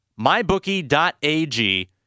Mybookie.ag